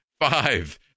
Five